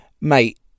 mate